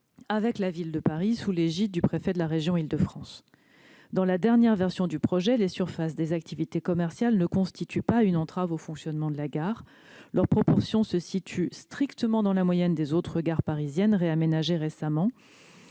avec la Ville de Paris, sous l'égide du préfet de la région d'Île-de-France. Dans la dernière version du projet, les surfaces des activités commerciales ne constituent nullement une entrave au fonctionnement de la gare. Leur proportion se situe strictement dans la moyenne des autres gares parisiennes réaménagées récemment.